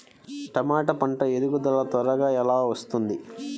టమాట పంట ఎదుగుదల త్వరగా ఎలా వస్తుంది?